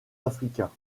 africain